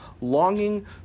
longing